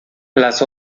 las